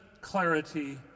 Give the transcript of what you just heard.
clarity